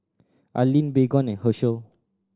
Anlene Baygon and Herschel